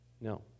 No